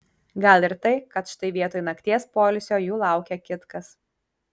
gal ir tai kad štai vietoj nakties poilsio jų laukia kitkas